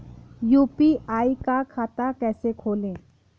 UPI का खाता कैसे खोलें?